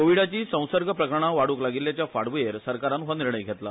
कोविडाची संसर्ग प्रकरणा वाडूंक लागिल्ल्याच्या फांटभूयेर सरकारान हो निर्णय घेतला